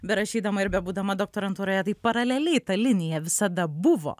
berašydama ir bebūdama doktorantūroje tai paraleliai ta linija visada buvo